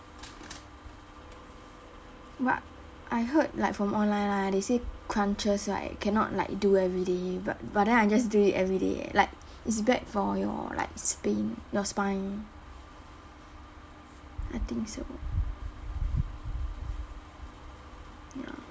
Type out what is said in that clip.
but I heard like from online lah they say crunches right cannot like do everyday but but then I just do it everyday like it's bad for your like spain your spine I think so ya